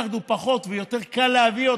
וה-disregard הוא פחות, ויותר קל להביא אותו.